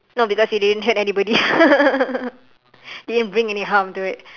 no because it didn't hurt anybody didn't bring any harm to it